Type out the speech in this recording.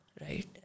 Right